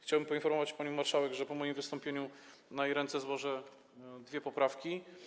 Chciałbym poinformować panią marszałek, że po moim wystąpieniu na jej ręce złożę dwie poprawki.